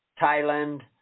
thailand